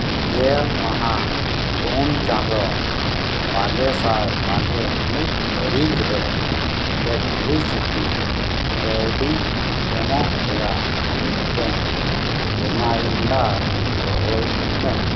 ᱜᱮᱞ ᱢᱟᱦᱟ ᱯᱳᱱ ᱪᱟᱸᱫᱚ ᱵᱟᱜᱮ ᱥᱟᱭ ᱵᱟᱜᱮ ᱢᱤᱫ ᱛᱟᱹᱨᱤᱠᱷ ᱨᱮ ᱤᱞᱮᱠᱴᱨᱤᱥᱤᱴᱤ ᱠᱟᱹᱣᱰᱤ ᱮᱢᱚᱜ ᱨᱮᱭᱟᱜ ᱢᱤᱫᱴᱟᱹᱝ ᱨᱤᱢᱟᱭᱤᱱᱰᱟᱨ ᱫᱚᱦᱚᱭ ᱢᱮ